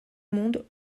monde